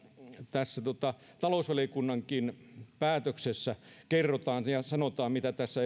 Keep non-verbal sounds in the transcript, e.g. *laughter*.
tässä talousvaliokunnankin päätöksessä kerrotaan ja ja sanotaan mitä tässä *unintelligible*